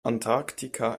antarktika